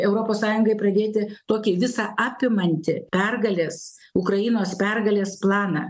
europos sąjungai pradėti tokį visa apimantį pergalės ukrainos pergalės planą